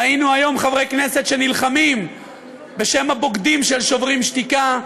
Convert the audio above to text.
ראינו היום חברי כנסת שנלחמים בשם הבוגדים של "שוברים שתיקה".